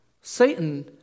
Satan